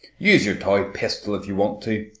use your toy pistol, if you want to.